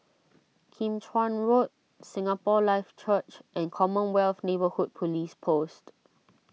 Kim Chuan Road Singapore Life Church and Commonwealth Neighbourhood Police Post